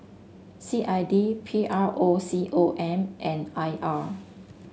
C I D P R O C O M and I R